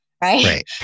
right